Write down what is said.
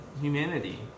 humanity